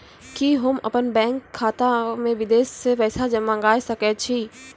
कि होम अपन बैंक खाता मे विदेश से पैसा मंगाय सकै छी?